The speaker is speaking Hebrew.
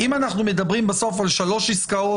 אם אנחנו מדברים בסוף על שלוש עסקאות